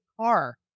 car